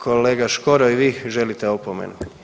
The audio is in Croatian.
Kolega Škoro, i vi želite opomenu?